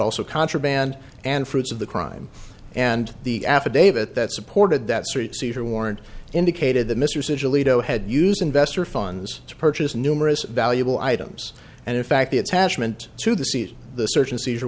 also contraband and fruits of the crime and the affidavit that supported that street seizure warrant indicated that mr scituate own had used investor funds to purchase numerous valuable items and in fact the attachment to the seat the search and seizure